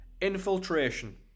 Infiltration